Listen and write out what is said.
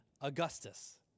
Augustus